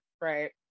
right